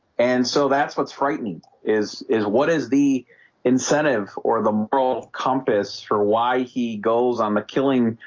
and so that's what's frightening is is what is the incentive or the broad compass for why he goes on the killing?